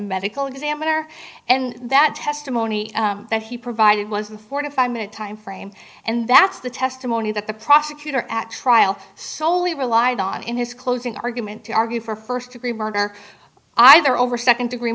medical examiner and that testimony that he provided was in forty five minute time frame and that's the testimony that the prosecutor at trial solely relied on in his closing argument to argue for first degree murder either over second degree